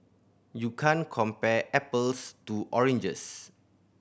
you can't compare apples to oranges